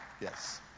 yes